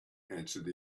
answered